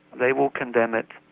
they will condemn it,